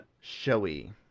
showy